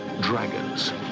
Dragons